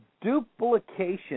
duplication